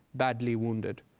badly wounded.